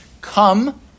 come